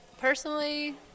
Personally